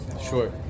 Sure